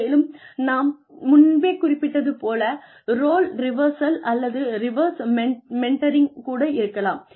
மேலும் நான் முன்பே குறிப்பிட்டது போல ரோல் ரிவர்சல் அல்லது ரிவர்ஸ் மெண்டரிங் கூட இருக்கலாம்